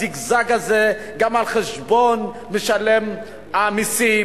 אתם עושים את הזיגזג הזה גם על חשבון משלם המסים,